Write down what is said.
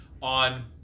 on